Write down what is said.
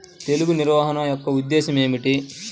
తెగులు నిర్వహణ యొక్క ఉద్దేశం ఏమిటి?